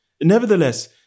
Nevertheless